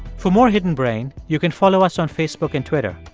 for more hidden brain, you can follow us on facebook and twitter.